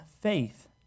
faith